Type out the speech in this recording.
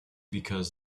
because